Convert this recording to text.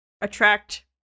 attract